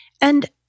And-